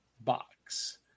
box